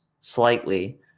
slightly